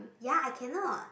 ya I cannot